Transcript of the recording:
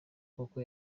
koko